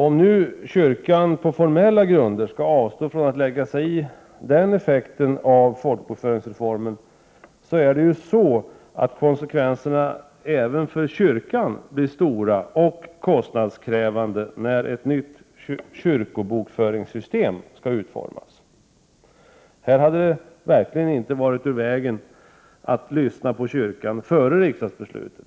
Om nu kyrkan på formella grunder skall avstå från att lägga sig i den effekten av folkbokföringsreformen, är det dock så att konsekvenserna även för kyrkan blir stora och kostnadskrävande när ett nytt kyrkobokföringssystem skall utformas. Här hade det verkligen inte varit ur vägen att lyssna på kyrkan före riksdagsbeslutet.